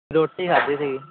ਰੋਟੀ ਖਾਧੀ ਸੀਗੀ